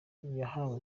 yahawe